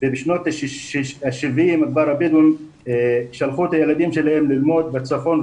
ובשנות ה-70' כבר הבדואים שלחו את הילדים שלהם ללמוד בצפון.